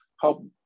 help